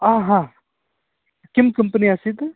किं कम्पेनी आसीत्